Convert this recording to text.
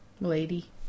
Lady